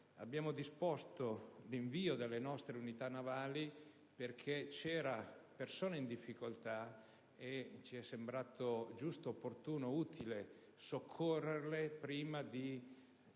Abbiamo disposto l'invio delle nostre unità navali perché c'erano persone in difficoltà e ci è sembrato giusto, opportuno e utile soccorrerle prima di